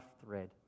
thread